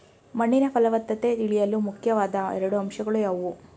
ಮಣ್ಣಿನ ಫಲವತ್ತತೆ ತಿಳಿಯಲು ಮುಖ್ಯವಾದ ಎರಡು ಅಂಶಗಳು ಯಾವುವು?